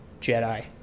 Jedi